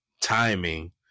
timing